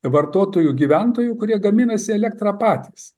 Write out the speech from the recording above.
vartotojų gyventojų kurie gaminasi elektrą patys